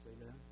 Amen